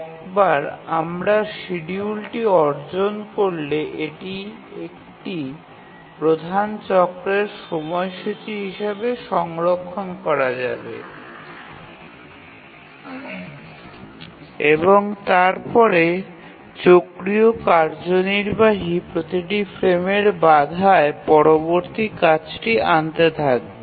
একবার আমরা শিডিউলটি তৈরি করলে এটি একটি প্রধান চক্রের সময়সূচী হিসাবে সংরক্ষণ করা যাবে এবং তারপরে চক্রীয় কার্যনির্বাহী প্রতিটি ফ্রেমের বাধায় পরবর্তী কাজটি আনতে থাকবে